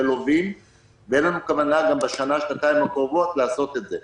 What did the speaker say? ללווים ואין לנו כוונה גם בשנה שנתיים הקרובות לעשות את זה.